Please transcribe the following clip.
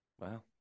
Wow